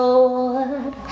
Lord